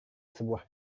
sebuah